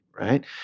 right